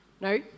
No